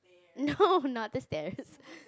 no not the stares